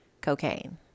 Cocaine